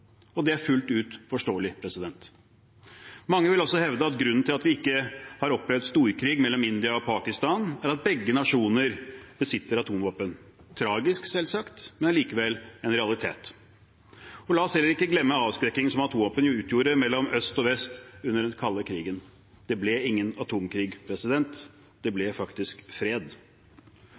og det er fullt ut forståelig. Mange vil også hevde at grunnen til at vi ikke har opplevd en storkrig mellom India og Pakistan, er at begge nasjoner besitter atomvåpen – tragisk, selvsagt, men likevel en realitet. La oss heller ikke glemme avskrekkingen som atomvåpnene utgjorde mellom øst og vest under den kalde krigen. Det ble ingen atomkrig, det ble faktisk fred.